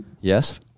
Yes